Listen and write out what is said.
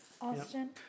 Austin